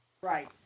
right